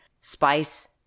spice